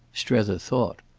strether thought.